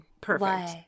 perfect